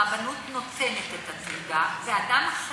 הרבנות נותנת את התעודה, ואדם אחר,